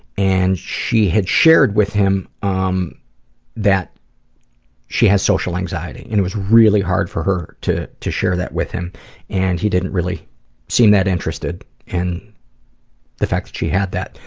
and she had shared with him um that she has social anxiety and it was really hard for her to to share that with him and he didn't really seem that interested and the fact that she had that,